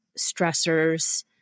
stressors